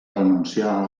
renunciar